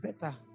better